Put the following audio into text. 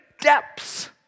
depths